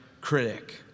critic